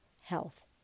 health